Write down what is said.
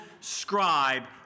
scribe